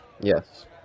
Yes